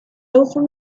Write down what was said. often